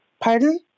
Pardon